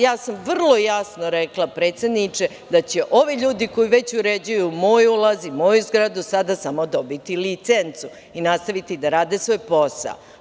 Ja sam vrlo jasno rekla predsedniče da će ovi ljudi koji već uređuju moj ulaz i moju zgradu sada samo dobiti licencu i nastaviti da rade svoj posao.